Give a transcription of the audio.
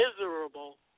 miserable